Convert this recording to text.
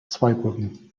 zweibrücken